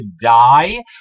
die